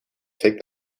take